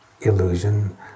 illusion